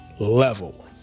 level